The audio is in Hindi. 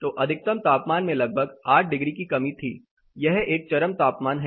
तो अधिकतम तापमान में लगभग 8 डिग्री की कमी थी यह एक चरम तापमान है